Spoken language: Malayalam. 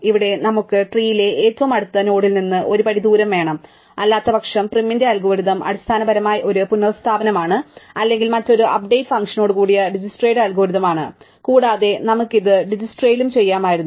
ഇവിടെ നമുക്ക് ട്രീലെ ഏറ്റവും അടുത്തുള്ള നോഡിൽ നിന്ന് ഒരു പടി ദൂരം വേണം അല്ലാത്തപക്ഷം പ്രൈമിന്റെ അൽഗോരിതം അടിസ്ഥാനപരമായി ഒരു പുനസ്ഥാപനമാണ് അല്ലെങ്കിൽ മറ്റൊരു അപ്ഡേറ്റ് ഫംഗ്ഷനോടുകൂടിയ ദിജ്ക്സ്ട്രയുടെ അൽഗോരിതം ആണ് കൂടാതെ നമുക്ക് ഇത് ദിജ്ക്സ്ട്രയലും ചെയ്യാമായിരുന്നു